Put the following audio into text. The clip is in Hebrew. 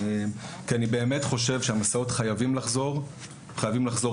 באמת חושב שהמסעות חייבים לחזור אתמול